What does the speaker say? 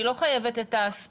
אני לא חייבת את הספציפי,